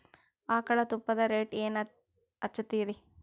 ಆಕಳ ತುಪ್ಪದ ರೇಟ್ ಏನ ಹಚ್ಚತೀರಿ?